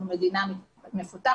אנחנו מדינה מפותחת,